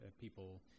people